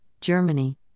Germany